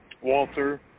Walter